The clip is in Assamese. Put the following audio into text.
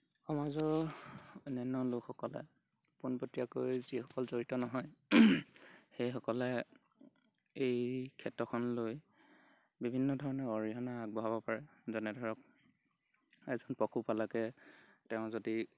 সমাজত অনান্য লোকসকলে পোনপতীয়াকৈ যিসকল জড়িত নহয় সেইসকলে এই ক্ষেত্ৰখন লৈ বিভিন্ন ধৰণে অৰিহনা আগবঢ়াব পাৰে যেনে ধৰক এজন পশুপালকে তেওঁ যদি